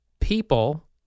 people